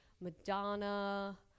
Madonna